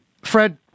Fred